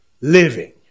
living